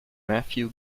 matthew